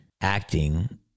acting